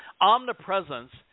Omnipresence